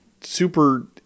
super